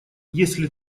если